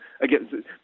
Again